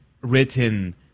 written